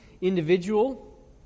individual